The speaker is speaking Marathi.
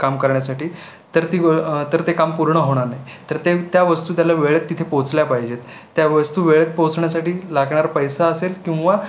काम करण्यासाठी तर ती तर ते काम पूर्ण होणार नाही तर ते त्या वस्तू त्याला वेळेत तिथे पोचल्या पाहिजेत त्या वस्तू वेळेत पोचण्यासाठी लागणारा पैसा असेल किंवा